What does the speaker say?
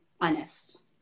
honest